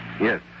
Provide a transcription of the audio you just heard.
Yes